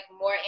more